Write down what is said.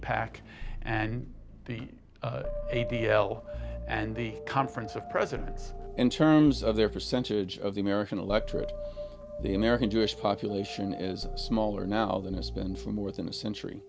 pack and b a b l and the conference of presidents in terms of their percentage of the american electorate the american jewish population is smaller now than it's been for more than a century